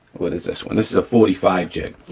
what is this one? this is a forty five jig.